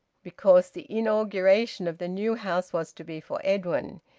because the inauguration of the new house was to be for edwin,